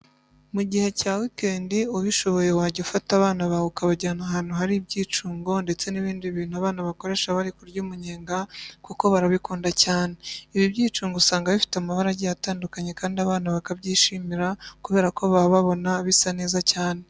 Mu gihe cya weekend ubishoboye wajya ufata abana bawe ukabajyana ahantu hari ibyicungo ndetse n'ibindi bintu abana bakoresha bari kurya umunyenga kuko barabikunda cyane. Ibi byicungo usanga bifite amabara agiye atandukanye kandi abana bakabyishimira kubera ko baba babona bisa neza cyane.